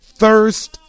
thirst